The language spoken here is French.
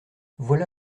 voilà